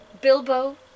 Bilbo